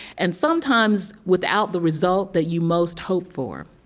and sometimes without the result that you most hope for.